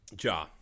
Ja